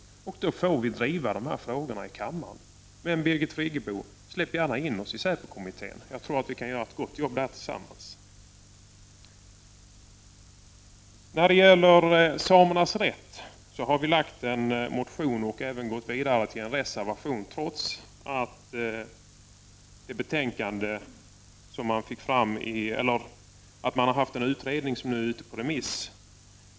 Då får vi lov att driva dessa frågor i kammaren. Men, Birgit Friggebo, släpp gärna in oss i säpokommittén! Jag tror att vi tillsammans kan göra ett gott arbete där. I fråga om samernas rätt har vi väckt en motion och även gått vidare till en reservation, trots att en utredning har tagit fram ett betänkande i frågan och detta nu är ute på remiss.